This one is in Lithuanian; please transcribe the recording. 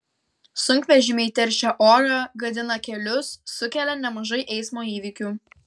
sunkvežimiai teršia orą gadina kelius sukelia nemažai eismo įvykių